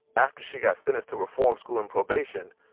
after she got sentenced to reform school and probation,